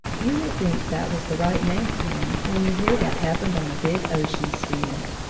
you will think that was the right name for him, when you hear what happened on a big ocean steamer.